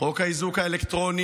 שוטרים מאירועי טרור,